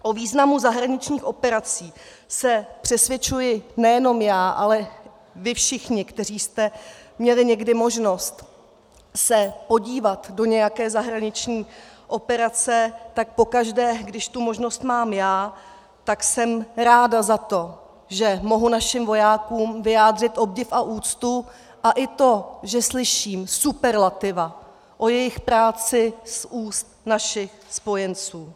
O významu zahraničních operací se přesvědčuji nejenom já, ale vy všichni, kteří jste měli někdy možnost se podívat do nějaké zahraniční operace, tak pokaždé, když tu možnost mám já, tak jsem ráda za to, že mohu našim vojákům vyjádřit obdiv a úctu, a i to, že slyším superlativy o jejich práci z úst našich spojenců.